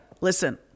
listen